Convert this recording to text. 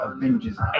Avengers